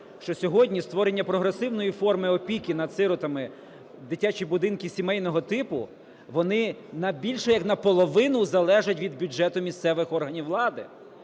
що сьогодні створення прогресивної форми опіки над сиротами – дитячі будинки сімейного типу, вони більше як на половину залежать від бюджету місцевих органів влади.